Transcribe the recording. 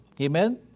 Amen